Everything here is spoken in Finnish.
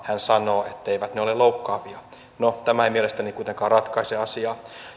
hän sanoo etteivät ne ole loukkaavia no tämä ei mielestäni kuitenkaan ratkaise asiaa